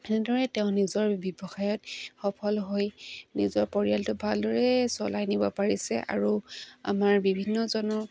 এনেদৰে তেওঁ নিজৰ ব্যৱসায়ত সফল হৈ নিজৰ পৰিয়ালটো ভালদৰে চলাই নিব পাৰিছে আৰু আমাৰ বিভিন্নজনক